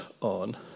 on